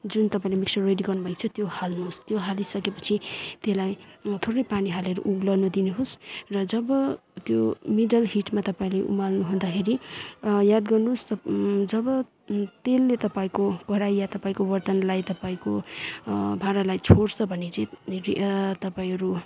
जुन तपाईँले mixer ready गर्नुभएको छ त्यो हाल्नुहोस् त्यो हालिसकेपछि त्यसलाई थोरै पानी हालेर उम्लन दिनुहोस् र जब त्यो मिडल हिटमा तपाईँले उमाल्नु हुँदाखेरि याद गर्नुहोस् जब तेलले तपाईँको कराही या तपाईँको बर्तनलाई तपाईँको भाँडालाई छोड्छ भने चाहिँ तपाईँहरू